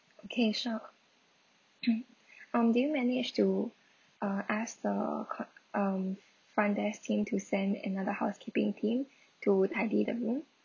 okay sure um did you manage to uh ask the co~ um front desk team to send another housekeeping team to tidy the room